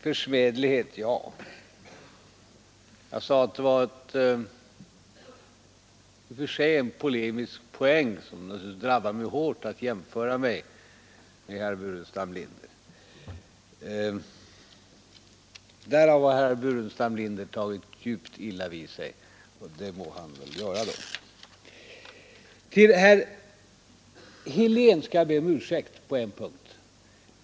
För all del — jag sade att det i och för sig var en polemisk poäng, som naturligtvis drabbade mig hårt, att jämföra mig med herr Burenstam Linder. Därav har herr Burenstam Linder tagit djupt illa vid sig, och det må han väl då göra Herr Helén skall jag be om ursäkt på en punkt.